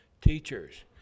teachers